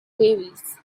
varies